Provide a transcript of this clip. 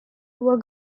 were